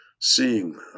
seeing